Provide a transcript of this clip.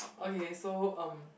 okay so um